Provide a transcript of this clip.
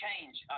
change